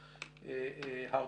תמשיך.